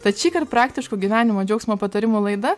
tad šįkart praktiško gyvenimo džiaugsmo patarimų laida